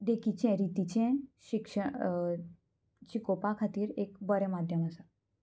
देखीचें रितीचें शिक्ष शिकोवपा खातीर एक बरें माध्यम आसा